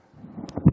סלימאן.